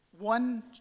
one